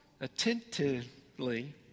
attentively